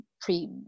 pre